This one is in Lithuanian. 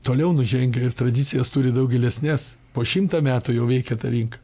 toliau nužengę ir tradicijas turi daug gilesnes po šimtą metų jau veikia ta rinka